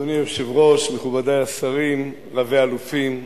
אדוני היושב-ראש, מכובדי השרים, רבי-אלופים,